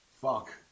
Fuck